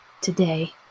today